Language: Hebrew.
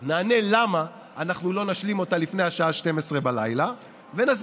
נענה למה אנחנו לא נשלים אותה לפני השעה 24:00 ונסביר.